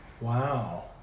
Wow